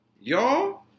Y'all